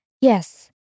Yes